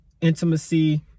intimacy